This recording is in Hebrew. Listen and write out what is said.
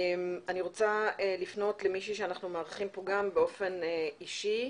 אני רוצה לפנות למישהי שאנחנו מארחים פה גם באופן אישי,